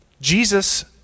Jesus